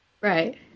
Right